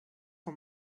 for